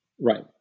right